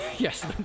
Yes